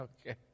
Okay